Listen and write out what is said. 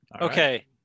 Okay